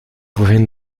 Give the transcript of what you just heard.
wohin